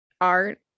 art